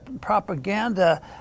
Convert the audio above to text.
propaganda